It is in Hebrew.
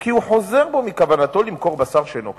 כי הוא חוזר בו מכוונתו למכור בשר שאינו כשר.